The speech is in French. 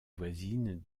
voisine